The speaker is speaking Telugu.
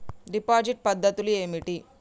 డిపాజిట్ పద్ధతులు ఏమిటి?